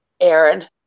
Aaron